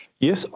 Yes